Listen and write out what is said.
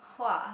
!wah!